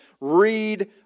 read